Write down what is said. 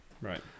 Right